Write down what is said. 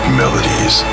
melodies